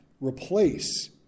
replace